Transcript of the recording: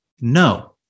no